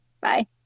Bye